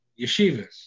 yeshivas